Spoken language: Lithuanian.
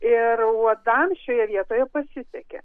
ir uodams šioje vietoje pasisekė